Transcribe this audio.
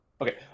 Okay